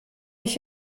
ich